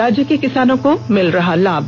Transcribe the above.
राज्य के किसानों को मिल रहा लाभ